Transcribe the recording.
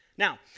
Now